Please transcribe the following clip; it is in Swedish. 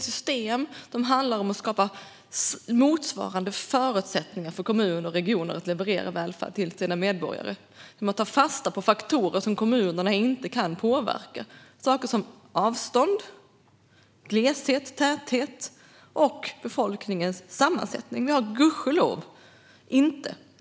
Systemet handlar om att skapa liknande förutsättningar för kommuner och regioner att leverera välfärd till sina medborgare. Man tar fasta på faktorer som kommunerna inte kan påverka, till exempel avstånd, gleshet och täthet samt befolkningens sammansättning.